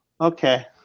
okay